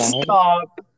Stop